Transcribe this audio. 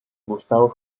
gustavo